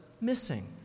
missing